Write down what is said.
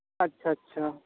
আচ্ছা আচ্ছা